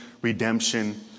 redemption